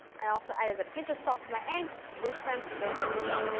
i also added a pinch of salt to my eggs, whisked them and they're good to go.